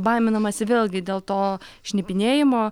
baiminamasi vėlgi dėl to šnipinėjimo